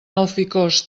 alficòs